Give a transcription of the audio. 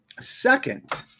Second